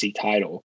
title